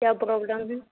کیا پرابلم ہے